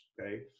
okay